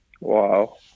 Wow